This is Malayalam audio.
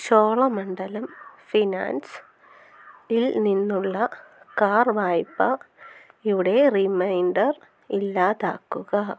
ചോളമണ്ഡലം ഫിനാൻസ് ൽ നിന്നുള്ള കാർ വായ്പ യുടെ റിമൈൻഡർ ഇല്ലാതാക്കുക